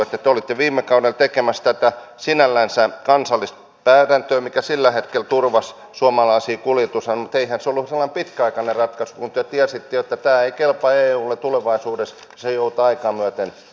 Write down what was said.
te olitte viime kaudella tekemässä tätä sinällänsä kansallispäätäntöä mikä sillä hetkellä turvasi suomalaisia kuljetuksia mutta eihän se ollut sellainen pitkäaikainen ratkaisu kun te tiesitte jo että tämä ei kelpaa eulle tulevaisuudessa vaan se päätös joudutaan aikaa myöten pyörtämään